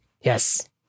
yes